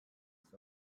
east